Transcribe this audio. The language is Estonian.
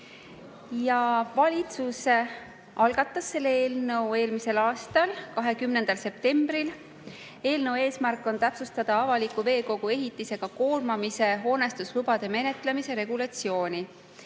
Valitsus algatas selle eelnõu eelmisel aastal, 20. septembril. Eelnõu eesmärk on täpsustada avaliku veekogu ehitisega koormamise hoonestuslubade menetlemise regulatsiooni,